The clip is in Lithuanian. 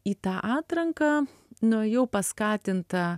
į tą atranką nuėjau paskatinta